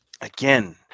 again